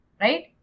right